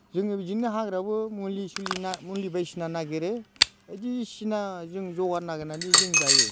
जोङो बिदिनो हाग्रायावबो मुलि सुलि मुलि बायदिसिना नागिरो बायदिसिना जों जगान नागिरनानै जों जायो